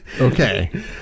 Okay